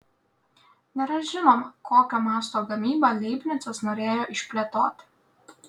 nėra žinoma kokio masto gamybą leibnicas norėjo išplėtoti